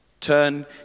turn